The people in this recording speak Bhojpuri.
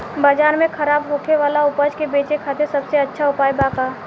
बाजार में खराब होखे वाला उपज के बेचे खातिर सबसे अच्छा उपाय का बा?